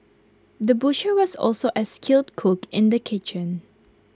the butcher was also A skilled cook in the kitchen